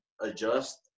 adjust